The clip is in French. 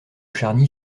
charny